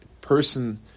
person